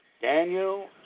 Daniel